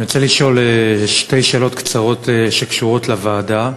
אני רוצה לשאול שתי שאלות קצרות שקשורות לוועדה.